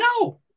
No